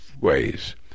ways